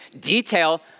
detail